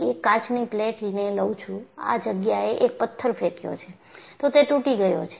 એક કાચની પ્લેટને લવ છું આ જગ્યાએ એક પથ્થર ફેંક્યો છે તો તે તૂટી ગયો છે